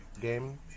game